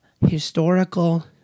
historical